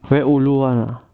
very ulu [one] ah